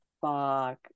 fuck